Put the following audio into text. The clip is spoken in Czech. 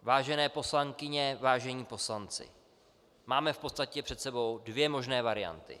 Vážené poslankyně, vážení poslanci, máme v podstatě před sebou dvě možné varianty.